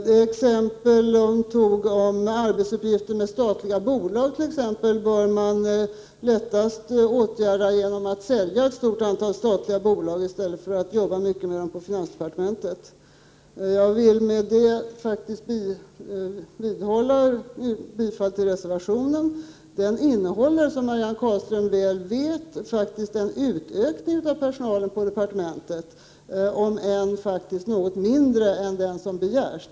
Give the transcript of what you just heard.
Det exempel hon tog om arbetsuppgifter med statliga bolag bör lättast åtgärdas genom att ett stort antal statliga bolag säljs, i stället för att man jobbar mycket med dem på finansdepartementet. Jag vill med detta vidhålla mitt yrkande om bifall till reservationen. Den innehåller, som Marianne Carlström väl vet, förslag om en utökning av personalen på departementet, om än något mindre än den som begärs.